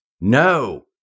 no